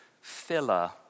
filler